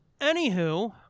Anywho